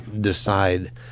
decide